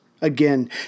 again